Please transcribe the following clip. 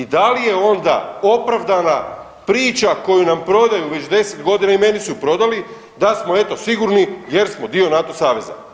I da li je onda opravdana priča koju nam prodaju već 10 godina i meni su prodali da smo eto sigurni jer smo dio NATO saveza.